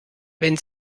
wenn